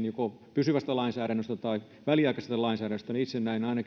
joko pysyvästä lainsäädännöstä tai väliaikaisesta lainsäädännöstä